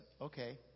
okay